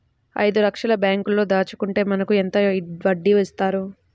ఐదు లక్షల బ్యాంక్లో దాచుకుంటే మనకు ఎంత వడ్డీ ఇస్తారు?